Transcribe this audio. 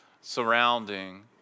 surrounding